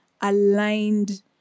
aligned